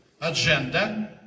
agenda